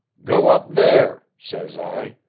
go up there says i.